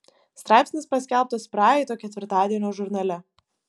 straipsnis paskelbtas praeito ketvirtadienio žurnale